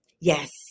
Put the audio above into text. Yes